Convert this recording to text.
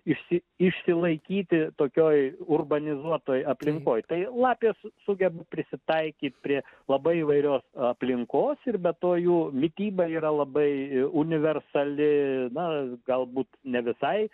išsi išsilaikyti tokioj urbanizuotoj aplinkoj tai lapės sugeba prisitaikyt prie labai įvairios aplinkos ir be to jų mityba yra labai universali na galbūt ne visai